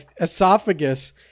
esophagus